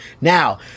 Now